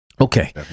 Okay